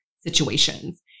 situations